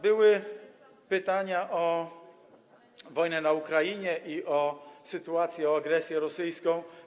Były pytania o wojnę na Ukrainie, o tę sytuację, o agresję rosyjską.